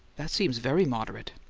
that seems very moderate.